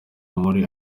muri